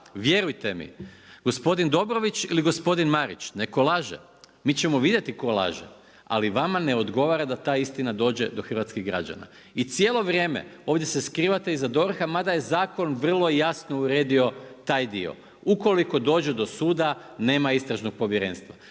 vjerujte mi, gospodin Dobrović ili gospodin Marić, netko laže, mi ćemo vidjeti tko laže ali vama ne odgovara da ta istina dođe do hrvatskih građana. I cijelo vrijeme ovdje se skrivate iza DORH-a mada je zakon vrlo jasno uredio taj dio. Ukoliko dođe do suda nema istražnog povjerenstva,